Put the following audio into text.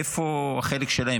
איפה החלק שלהם?